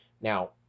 Now